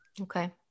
Okay